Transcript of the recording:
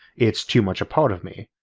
it's too much a part of me,